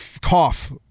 Cough